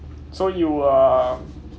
so you are